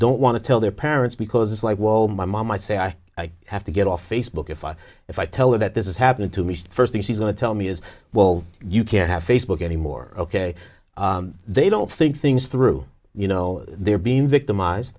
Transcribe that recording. don't want to tell their parents because it's like well my mom might say i have to get off facebook if i if i tell her that this is happening to me first thing she's going to tell me is well you can't have facebook anymore ok they don't think things through you know they're being victimized